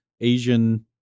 Asian